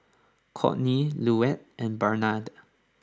Courtney Luetta and Barnard